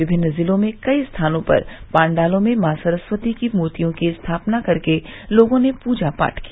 विभिन्न जिलों में कई स्थानों पर पाण्डालों में माँ सरस्वती की मूर्तियों की स्थापना कर के लोगों ने पूजा पाठ किया